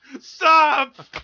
stop